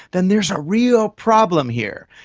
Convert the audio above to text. then there is a real problem here.